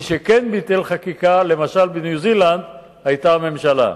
מי שכן ביטל חקיקה, למשל בניו-זילנד, היה הממשלה.